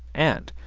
and,